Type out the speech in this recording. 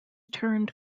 turned